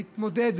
להתמודד